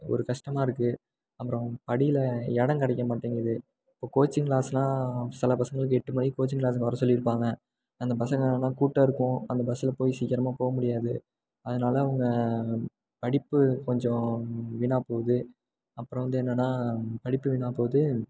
ஒரு கஷ்டமா இருக்குது அப்புறம் படியில் இடம் கிடைக்க மாட்டேங்குது இப்போ கோச்சிங் கிளாஸ்செலாம் சில பசங்களுக்கு எட்டுமணிக்கு கோச்சிங் கிளாஸ்ஸுக்கு வரச் சொல்லியிருப்பாங்க அந்த பசங்கெல்லாம் கூட்டம் இருக்கும் அந்த பஸ்சில் போய் சீக்கிரமாக போக முடியாது அதனால அவங்க படிப்பு கொஞ்சம் வீணாகப் போகுது அப்புறம் வந்து என்னெனா படிப்பு வீணாகப் போகுது